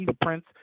Prince